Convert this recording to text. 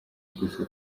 gusa